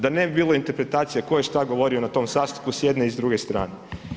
Da ne bi bilo interpretacije tko je što govorio na tom sastanku s jedne i druge strane.